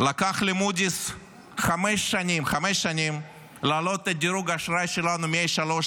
לקח למוד'יס חמש שנים להעלות את דירוג האשראי שלנו מ-A3 ל-A2,